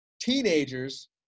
teenagers